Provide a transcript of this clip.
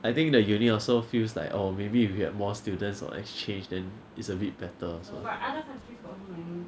I think the uni also feels like oh maybe if we had more students or exchange then it's a bit better also